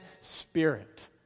spirit